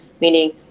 meaning